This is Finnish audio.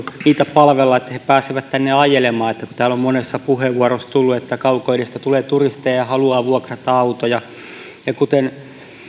palvella että he pääsevät tänne ajelemaan täällä on monessa puheenvuorossa tullut esiin että kaukoidästä tulee turisteja ja he haluavat vuokrata autoja ja kuten